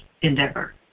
endeavor